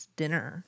dinner